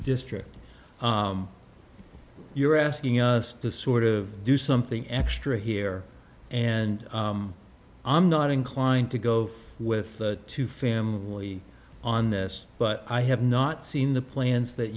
district you're asking us to sort of do something extra here and i'm not inclined to go with two family on this but i have not seen the plans that